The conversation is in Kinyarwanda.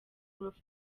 groove